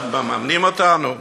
מממנים אותנו?